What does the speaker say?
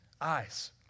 eyes